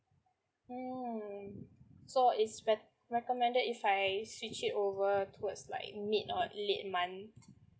mm so it's bet~ recommended if I switch it over towards like mid or late month